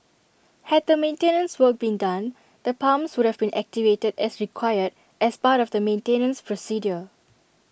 had the maintenance work been done the pumps would have been activated as required as part of the maintenance procedure